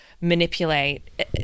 manipulate